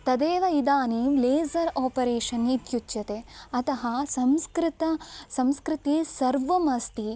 तदेव इदानीं laser operation इत्युच्यते अतः संस्कृतं संस्कृतिः सर्वम् अस्ति